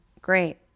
great